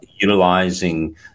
utilizing